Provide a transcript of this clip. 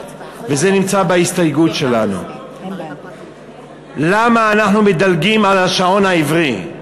וזה נמצא בהסתייגות שלנו: למה אנחנו מדלגים על השעון העברי?